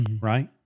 Right